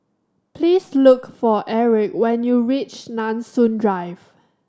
please look for Aric when you reach Nanson Drive